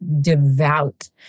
devout